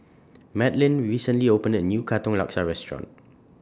Madlyn recently opened A New Katong Laksa Restaurant